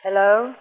Hello